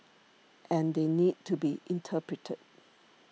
and they need to be interpreted